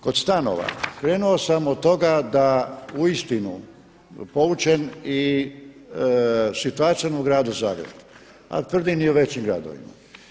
Kod stanova, krenuo sam od toga da uistinu poučen i situacijom u Gradu Zagrebu, a tvrdim i u većim gradovima.